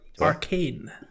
Arcane